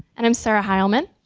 and i'm sarah heilmann.